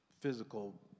physical